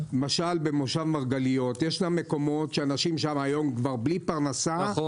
במושב מרגליות ישנם מקומות שבהם אנשים נמצאים בלי פרנסה כבר היום.